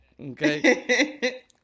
Okay